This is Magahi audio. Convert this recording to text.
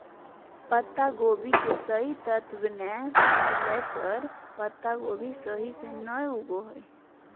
पत्तागोभी के सही तत्व नै मिलय पर पत्तागोभी सही से नय उगो हय